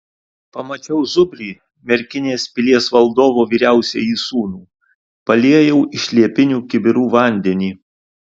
pamačiau zubrį merkinės pilies valdovo vyriausiąjį sūnų paliejau iš liepinių kibirų vandenį